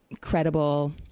credible